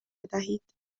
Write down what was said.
بدهید